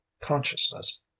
consciousness